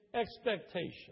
expectation